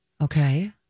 Okay